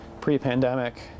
pre-pandemic